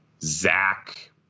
Zach